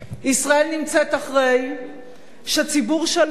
ישראל נמצאת אחרי שציבור שלם,